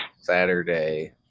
Saturday